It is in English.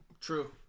True